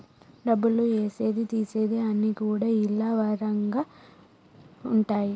డబ్బులు ఏసేది తీసేది అన్ని కూడా ఇలా వారంగా ఉంటయి